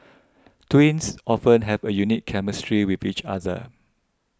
twins often have a unique chemistry with each other